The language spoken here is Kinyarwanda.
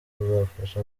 kuzafasha